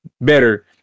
better